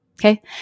Okay